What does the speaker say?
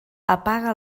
apaga